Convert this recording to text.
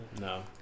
No